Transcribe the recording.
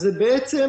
זה מחליש.